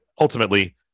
Ultimately